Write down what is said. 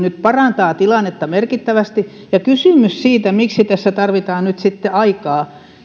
parantaa vielä tilannetta merkittävästi kysymykseen siitä miksi tässä nyt sitten tarvitaan aikaa